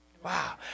Wow